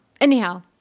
Anyhow